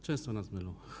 Często nas mylą.